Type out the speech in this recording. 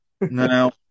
Now